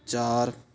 ਚਾਰ